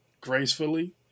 gracefully